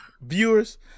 Viewers